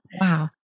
Wow